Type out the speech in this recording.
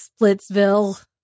Splitsville